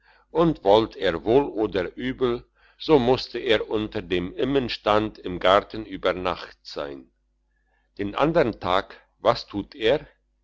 und wollt er wohl oder übel so musste er unter dem immenstand im garten über nacht sein den andern tag was tut er